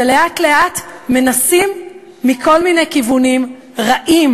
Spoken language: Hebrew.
שלאט-לאט מנסים מכל מיני כיוונים רעים